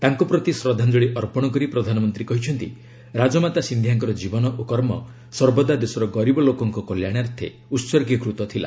ତାଙ୍କ ପ୍ରତି ଶ୍ରଦ୍ଧାଞ୍ଜଳି ଅର୍ପଶ କରି ପ୍ରଧାନମନ୍ତ୍ରୀକହିଛନ୍ତି ରାଜମାତା ସିନ୍ଧିଆଙ୍କର ଜୀବନ ଓ କର୍ମ ସର୍ବଦା ଦେଶର ଗରିବଲୋକଙ୍କ କଲ୍ୟାଣାର୍ଥେ ଉତ୍ସର୍ଗୀକୃତ ଥିଲା